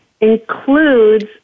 Includes